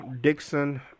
Dixon